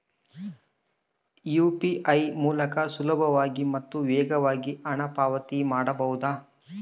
UPI ಮೂಲಕ ಸುಲಭವಾಗಿ ಮತ್ತು ವೇಗವಾಗಿ ಹಣ ಪಾವತಿ ಮಾಡಬಹುದಾ?